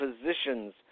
positions